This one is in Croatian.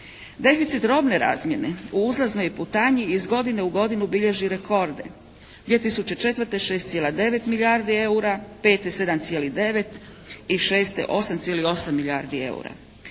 Deficit robne razmjene u uzlaznoj putanji iz godine u godinu bilježi rekorde. 2004. 6,9 milijardi EUR-a, 2005. 7,9 i 2006. 8,8 milijardi EUR-a.